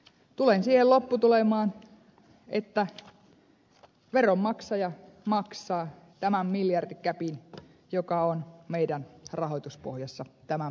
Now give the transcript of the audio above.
tulen siihen lopputulemaan että veronmaksaja maksaa tämän miljardigäpin joka on meidän rahoituspohjassamme tämän päätöksen jälkeen